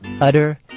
utter